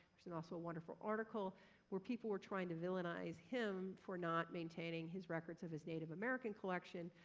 there's and also a wonderful article where people were trying to villainize him for not maintaining his records of his native american collection.